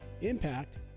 Impact